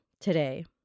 today